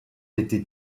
été